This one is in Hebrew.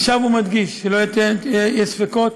אני שב ומדגיש, שלא יהיו ספקות: